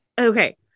okay